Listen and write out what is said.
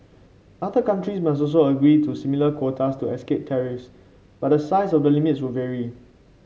other countries must also agree to similar quotas to escape tariffs but the size of the limits would vary